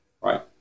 Right